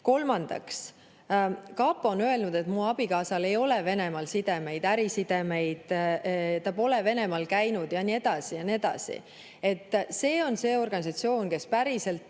kapo on öelnud, et mu abikaasal ei ole Venemaal sidemeid, ärisidemeid. Ta pole Venemaal käinud ja nii edasi ja nii edasi. See on see organisatsioon, kes päriselt